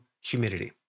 humidity